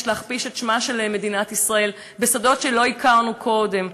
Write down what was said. להכפיש את שמה של מדינת ישראל בצורות שלא הכרנו קודם.